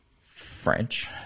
French